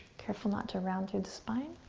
careful not to round through the spine.